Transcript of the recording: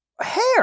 hair